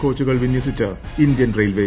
കോച്ചുകൾ വിന്യസിച്ച് Indian railway